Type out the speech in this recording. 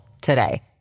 today